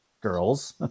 girls